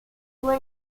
sua